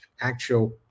actual